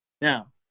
Now